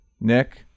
Nick